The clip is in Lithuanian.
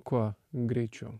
kuo greičiau